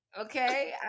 Okay